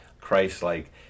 Christ-like